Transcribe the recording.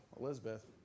Elizabeth